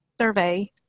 survey